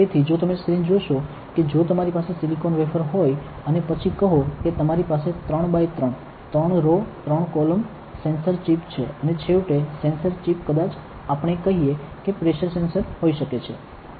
તેથી જો તમે સ્ક્રીન જોશો કે જો તમારી પાસે સિલિકોન વેફર હોય અને પછી કહો કે તમે પાસે 3 by 3 3 row 3 column sensor chips છે અને છેવટે સેન્સર ચિપ કદાચ આપણે કહીએ કે પ્રેશર સેન્સર હોઈ શકે